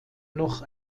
noch